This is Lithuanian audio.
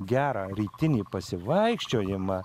gerą rytinį pasivaikščiojimą